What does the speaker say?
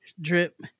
Drip